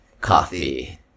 coffee